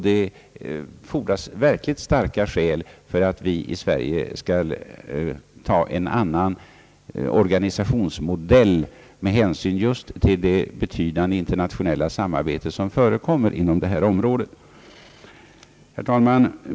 Det fordras mycket starka skäl för att vi i Sverige skall införa en annan organisationsmodell, med hänsyn just till det betydande internationella samarbete som förekommer inom detta område. Herr talman!